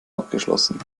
abgeschlossen